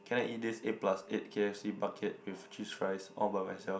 can I eat this eight plus eight k_f_c bucket with cheese fries all by myself